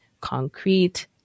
concrete